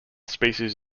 species